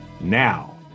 Now